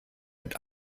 mit